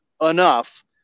enough